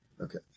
Okay